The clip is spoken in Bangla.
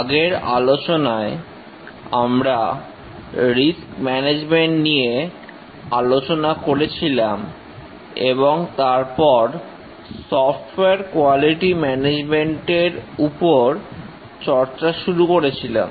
আগের আলোচনায় আমরা রিস্ক ম্যানেজমেন্টনিয়ে আলোচনা করেছিলাম এবং তারপর সফটওয়্যার কোয়ালিটি ম্যানেজমেন্ট এর উপর চর্চা শুরু করেছিলাম